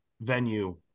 venue